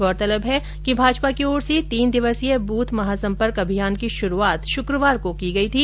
गौरतलब है कि भाजपा की ओर से तीन दिवसीय ब्थ महासंपर्क अभियान की शुरूआत शुक्रवार को की गई थी